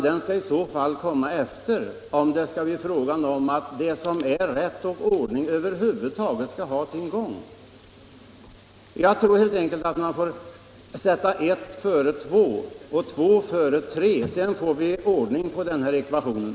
Den skall komma efter, om det som är rätt och ordning över huvud taget skall ha sin gång. Man får helt enkelt sätta 1 före 2 och 2 före 3. Då får vi ordning på den här ekvationen.